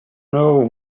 know